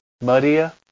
Maria